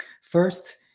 first